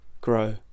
Grow